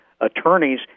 attorneys